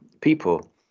people